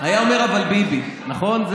הוא היה אומר: אבל ביבי, נכון?